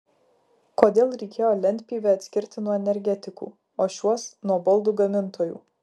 kodėl reikėjo lentpjūvę atskirti nuo energetikų o šiuos nuo baldų gamintojų